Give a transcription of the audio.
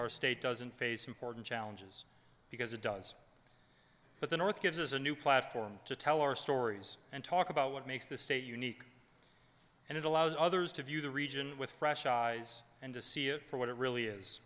our state doesn't face important challenges because it does but the north gives us a new platform to tell our stories and talk about what makes this state unique and it allows others to view the region with fresh eyes and to see it for what it really is